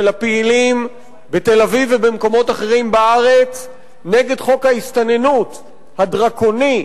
של הפעילים בתל-אביב ובמקומות אחרים בארץ נגד חוק ההסתננות הדרקוני,